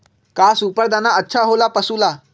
का सुपर दाना अच्छा हो ला पशु ला?